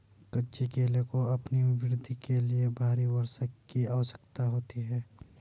कच्चे केले को अपनी वृद्धि के लिए भारी वर्षा की आवश्यकता होती है